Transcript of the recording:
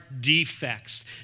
defects